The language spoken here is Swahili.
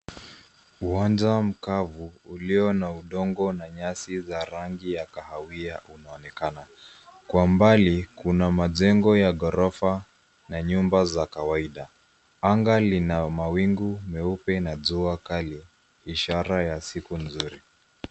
Uwanja mkavu ulio na udongo na nyasi za rangi ya kahawia unaonekana. Kwa mbali kuna majengo ya ghorofa na nyumba za kawaida. Anga lina mawingu meupe na jua kali ishara ya siku nzuri.